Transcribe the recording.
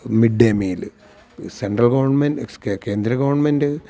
midday meal central government കേന്ദ്ര government